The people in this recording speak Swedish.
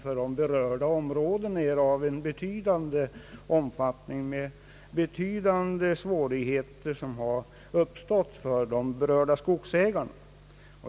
För de berörda områdena är den emellertid av stor omfattning och vållar betydande svårigheter för berörda skogsägare.